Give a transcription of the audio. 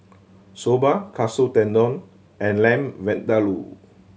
Soba Katsu Tendon and Lamb Vindaloo